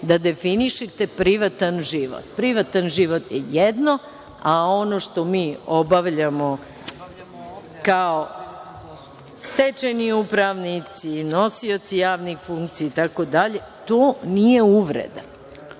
da definišete privatan život. Privatan život je jedno, a ono što mi obavljamo kao stečajni upravnici, nosioci javnih funkcija, itd. To nije uvreda.(Branka